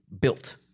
built